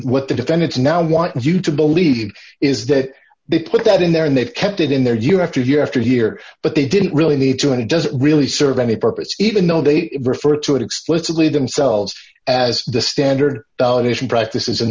what the defendants now want you to believe is that they put that in there and they've kept it in there year after year after year but they didn't really need to it doesn't really serve any purpose even though they refer to it explicitly themselves as the standard validation practice is in